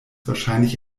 wahrscheinlich